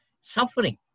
suffering